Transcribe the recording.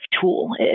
tool